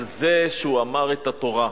על זה שהוא אמר את התורה,